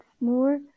more